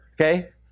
Okay